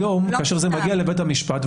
היום כאשר זה מגיע לבית המשפט,